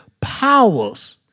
powers